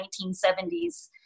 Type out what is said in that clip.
1970s